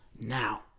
now